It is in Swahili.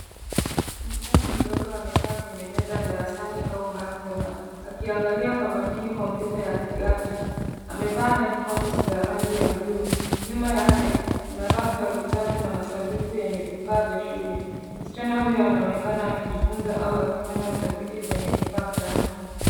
Msichana mdogo amekaa kwenye meza darasani au maktaba, akiangalia kwa makini kompyuta ya kiganja. Amevaa headphones za rangi ya bluu. Nyuma yake kuna rafu ya vitabu na masanduku yenye vifaa vya shule. Msichana huyo anaonekana akijifunza au akifanya utafiti kwenye kifaa chake.